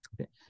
Okay